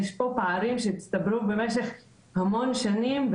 יש כאן פערים שהצטברו במשך המון שנים,